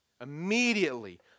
immediately